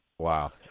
Wow